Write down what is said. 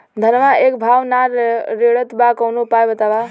धनवा एक भाव ना रेड़त बा कवनो उपाय बतावा?